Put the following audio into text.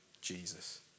Jesus